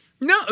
No